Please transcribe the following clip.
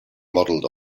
modelled